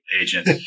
agent